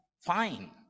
fine